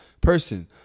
person